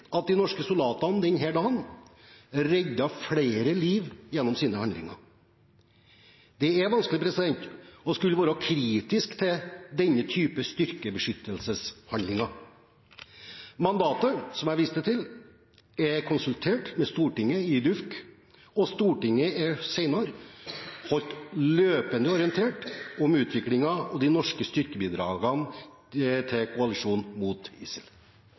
at de norske soldatene denne dagen reddet flere liv gjennom sine handlinger. Det er vanskelig å skulle være kritisk til denne type styrkebeskyttelseshandlinger. Mandatet som jeg viste til, er konsultert med Stortinget i DUUFK, og Stortinget er senere holdt løpende orientert om utviklingen på de norske styrkebidragene til koalisjonen mot ISIL.